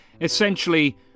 Essentially